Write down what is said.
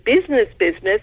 business-business